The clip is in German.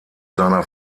seiner